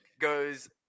Goes